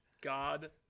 god